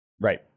right